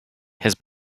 his